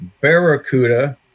Barracuda